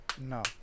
No